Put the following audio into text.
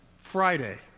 Friday